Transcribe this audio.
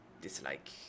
dislike